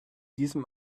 diesem